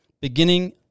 beginning